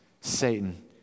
Satan